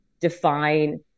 define